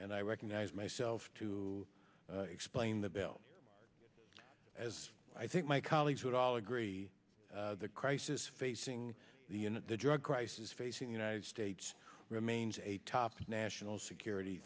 and i recognize myself to explain the bill as i think my colleagues would all agree the crisis facing the drug crisis facing united states remains a top national security